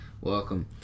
Welcome